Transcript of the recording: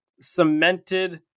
cemented